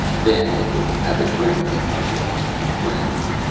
then they could have a drink, and maybe be friends.